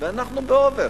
ואנחנו ב"אובר".